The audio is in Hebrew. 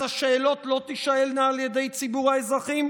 אז השאלות לא תישאלנה על ידי ציבור האזרחים?